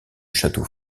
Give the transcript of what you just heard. château